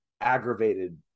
aggravated